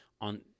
on